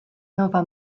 nowa